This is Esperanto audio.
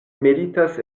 meritas